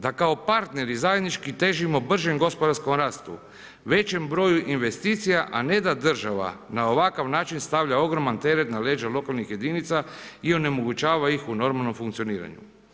Da kao partneri zajednički težimo bržem gospodarskom rastu, većem broju investicija a ne da država na ovakav način stavlja ogroman teret na leđa lokalnih jedinica i onemogućava ih u normalnom funkcioniranju.